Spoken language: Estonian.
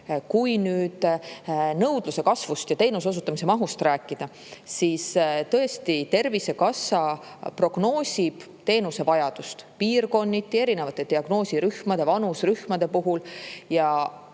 nüüd nõudluse kasvust ja teenuse osutamise mahust rääkida, siis tõesti, Tervisekassa prognoosib teenusevajadust piirkonniti erinevate diagnoosirühmade ja vanuserühmade puhul.